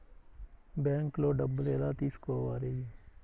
బ్యాంక్లో డబ్బులు ఎలా తీసుకోవాలి?